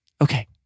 Okay